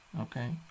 Okay